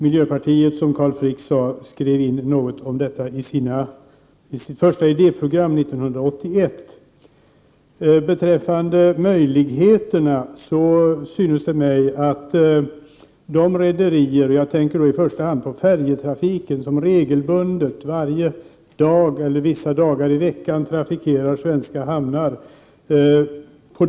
Miljöpartiet skrev, som Carl Frick sade, något om detta i sitt första idéprogram 1981. Man bör kunna ställa lagstiftningskrav på rederierna, och i första hand på färjetrafiken, som regelbundet, varje dag eller vissa dagar i veckan, trafikerar svenska hamnar.